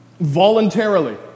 voluntarily